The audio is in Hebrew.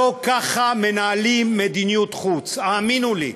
לא ככה מנהלים מדיניות חוץ, האמינו לי.